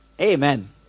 amen